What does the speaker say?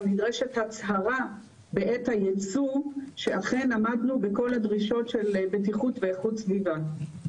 נדרשת הצהרה בעת הייצוא שאכן עמדנו בכל הדרישות של בטיחות ואיכות סביבה.